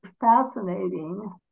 fascinating